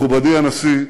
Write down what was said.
מכובדי הנשיא,